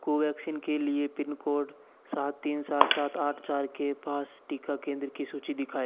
Covaxin के लिए pin code सात तीन सात सात आठ चार के पास टीका केंद्र की सूची दिखाएँ